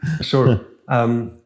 Sure